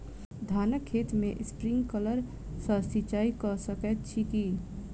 धानक खेत मे स्प्रिंकलर सँ सिंचाईं कऽ सकैत छी की?